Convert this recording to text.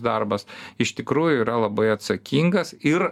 darbas iš tikrųjų yra labai atsakingas ir